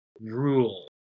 Rule